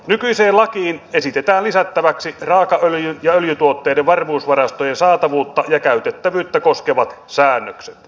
nykyiseen lakiin esitetään lisättäväksi raakaöljy ja öljytuotteiden varmuusvarastojen saatavuutta ja käytettävyyttä koskevat säännökset